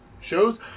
shows